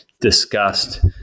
discussed